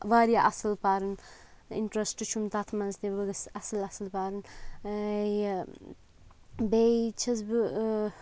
واریاہ اَصٕل پَرٕنۍ اِنٹرٛسٹ چھُم تَتھ منٛز تہِ بہٕ گٔژھٕس اَصٕل اَصٕل پَرُن یہِ بیٚیہِ چھَس بہٕ